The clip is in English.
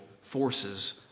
forces